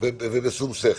ובשום שכל.